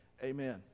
Amen